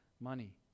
money